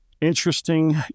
interesting